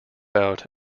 about